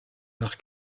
leur